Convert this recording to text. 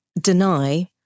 deny